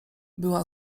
była